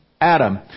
Adam